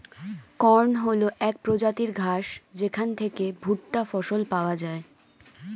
corn হল এক প্রজাতির ঘাস যেখান থেকে ভুট্টা ফসল পাওয়া যায়